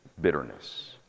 bitterness